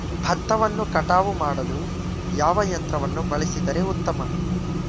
ಭತ್ತವನ್ನು ಕಟಾವು ಮಾಡಲು ಯಾವ ಯಂತ್ರವನ್ನು ಬಳಸಿದರೆ ಉತ್ತಮ?